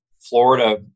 Florida